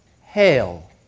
Hail